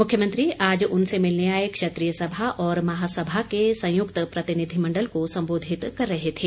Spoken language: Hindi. मुख्यमंत्री आज उनसे मिलने आए क्षत्रिय सभा और महासभा के संयुक्त प्रतिनिधिमंडल को संबोधित कर रहे थे